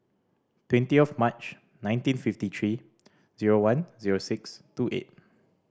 twenty of March nineteen fifty three zero one zero six two eight